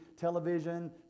television